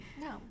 No